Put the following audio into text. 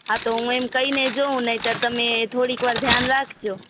હા તો હું એને કહી ને જોઉં નહિંતર તમે થોડીકવાર ધ્યાન રાખજો